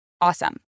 awesome